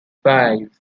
five